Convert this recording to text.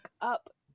up